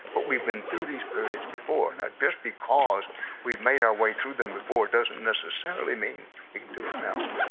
but we've been through these periods before, and now just because we've made our way through them before doesn't necessarily mean we can do it now,